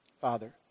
Father